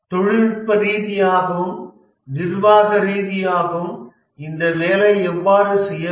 தொழில்நுட்ப ரீதியாகவும் நிர்வாக ரீதியாகவும் இந்த வேலை எவ்வாறு செய்ய வேண்டும்